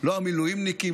לא "המילואימניקים",